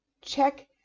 check